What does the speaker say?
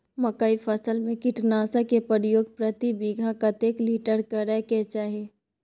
मकई फसल में कीटनासक के प्रयोग प्रति बीघा कतेक लीटर करय के चाही?